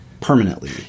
permanently